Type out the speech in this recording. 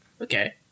Okay